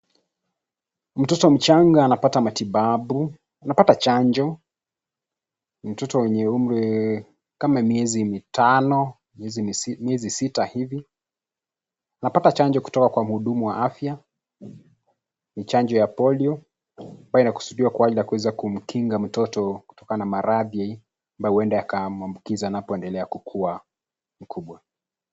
Mtoto mchanga anapata matibabu; anapata chanjo. Ni mtoto mwenye umri wa miezi mitano, miezi sita hivi. Anapata chanjo kutoka kwa mhudumu wa afya ni chanjo ya polio ambayo inakusudiwa kwa ajili ya kuweza kumkinga mtoto kutokana na maradhi ambayo huenda ya kumuambukiza anapoendelea kukua mkubwa.